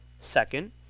Second